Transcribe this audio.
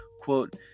Quote